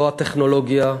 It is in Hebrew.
לא הטכנולוגיה,